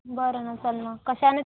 बरं ना चल ना कशाने